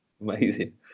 amazing